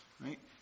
right